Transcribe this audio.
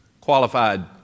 Qualified